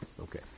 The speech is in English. Okay